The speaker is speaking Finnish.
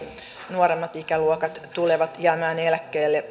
nuoremmat ikäluokat tulevat jäämään eläkkeelle